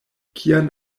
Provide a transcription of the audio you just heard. kian